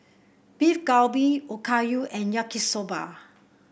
Beef Galbi Okayu and Yaki Soba